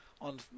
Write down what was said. on